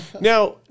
Now